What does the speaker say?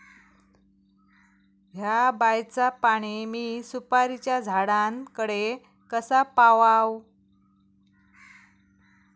हया बायचा पाणी मी सुपारीच्या झाडान कडे कसा पावाव?